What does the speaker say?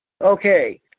Okay